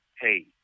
hey